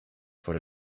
wurde